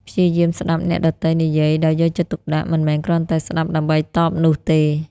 ព្យាយាមស្តាប់អ្នកដទៃនិយាយដោយយកចិត្តទុកដាក់ មិនមែនគ្រាន់តែស្តាប់ដើម្បីតបនោះទេ។